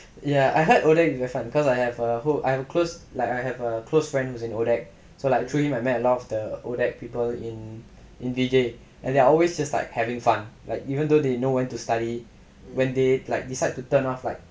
ya I heard ODAC is very fun cause I have a I'm close like I have a close friend who is in ODAC so like recently I had a lot of the ODAC people in in V_J they are always just like having fun like even though they know when to study when they decide to turn off right